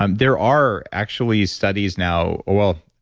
um there are actually studies now, well,